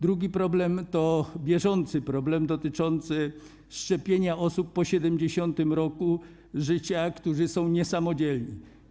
Drugi problem to bieżący problem dotyczący szczepienia osób po 70. roku życia, które są niesamodzielne.